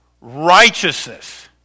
Righteousness